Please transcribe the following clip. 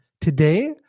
Today